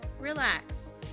relax